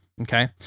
Okay